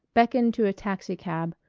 beckoned to a taxicab,